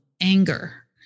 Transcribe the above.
anger